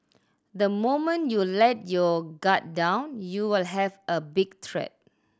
the moment you let your guard down you will have a big threat